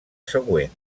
següent